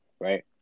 right